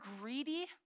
greedy